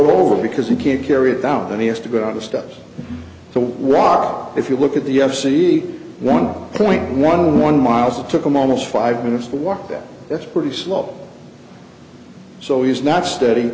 over because he can't carry it down and he has to go down the steps so raw if you look at the u f c one point one one miles it took him almost five minutes to walk that that's pretty slow so he's not st